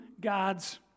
God's